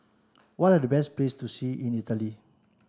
what are the best places to see in Italy